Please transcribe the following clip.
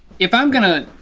if i'm gonna